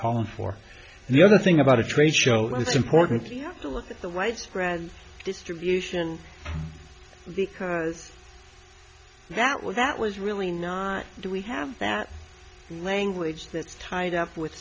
calling for the other thing about a trade show it's important to look at the white brand distribution because that was that was really not do we have that language that's tied up with